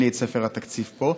אין לי את ספר התקציב פה.